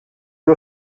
gli